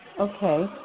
Okay